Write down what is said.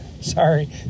Sorry